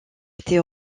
été